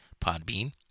Podbean